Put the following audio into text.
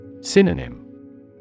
Synonym